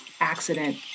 accident